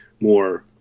more